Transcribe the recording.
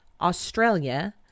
Australia